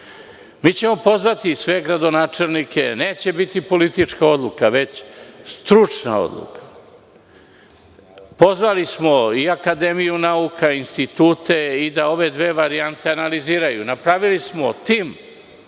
mi ćemo pozvati sve gradonačelnike. Neće biti politička odluka, već stručna. Pozvali smo i Akademiju nauka i institute da ove dve varijante analiziraju. Napravili smo tim.